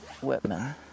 Whitman